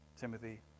Timothy